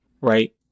right